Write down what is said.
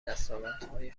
دستاوردهای